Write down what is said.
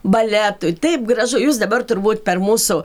baletui taip gražu jūs dabar turbūt per mūsų